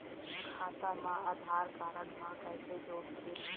खाता मा आधार कारड मा कैसे जोड़थे?